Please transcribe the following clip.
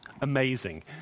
Amazing